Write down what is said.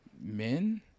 Men